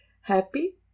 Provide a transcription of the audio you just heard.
Happy